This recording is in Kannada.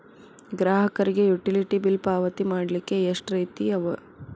ಗ್ರಾಹಕರಿಗೆ ಯುಟಿಲಿಟಿ ಬಿಲ್ ಪಾವತಿ ಮಾಡ್ಲಿಕ್ಕೆ ಎಷ್ಟ ರೇತಿ ಅವ?